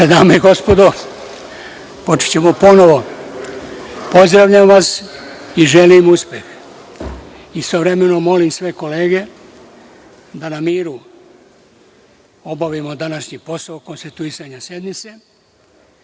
i gospodo, počećemo ponovo. Pozdravljam vas i želim uspeh. Istovremeno, molim sve kolege da na miru obavimo današnji posao konstituisanja sednice.